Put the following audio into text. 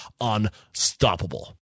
unstoppable